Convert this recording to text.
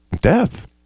death